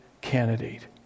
candidate